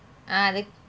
ah